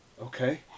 Okay